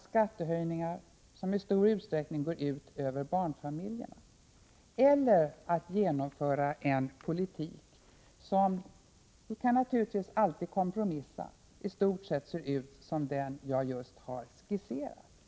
skattehöjningar, som i stor utsträckning går ut över barnfamiljerna, eller en politik som — vi kan naturligtvis alltid kompromissa — istort sett ser ut som den jag just har skisserat.